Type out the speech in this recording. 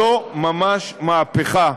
זו ממש מהפכה.